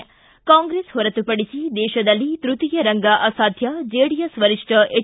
ಿ ಕಾಂಗ್ರೆಸ್ ಹೊರತುಪಡಿಸಿ ದೇಶದಲ್ಲಿ ತೃತೀಯ ರಂಗ ಅಸಾಧ್ಯ ಜೆಡಿಎಸ್ ವರಿಷ್ಠ ಹೆಚ್